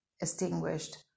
extinguished